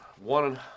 One